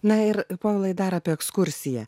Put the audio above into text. na ir povilai dar apie ekskursiją